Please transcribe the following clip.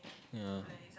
ya